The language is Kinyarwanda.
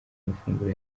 mafunguro